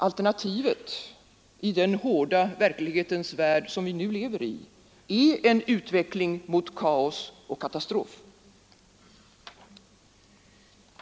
Alternativet i den hårda verklighetens värld som vi nu lever i är en utveckling mot kaos och katastrof.